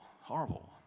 horrible